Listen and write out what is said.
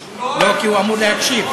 לא, כי הוא אמור להקשיב.